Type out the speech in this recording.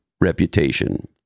reputation